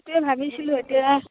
সেইটোৱে ভাবিছিলোঁ এতিয়া